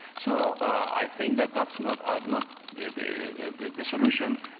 so i think that that's not ah not the the solution.